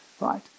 Right